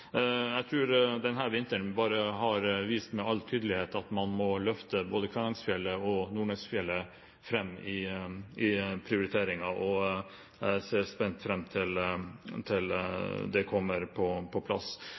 Jeg tror denne vinteren har vist med all tydelighet at man må løfte både Kvænangsfjellet og Nordnesfjellet fram i prioriteringen, og jeg ser spent fram til det kommer på plass.